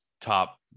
top